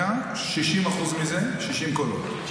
100, 60% מזה, 60 קולות.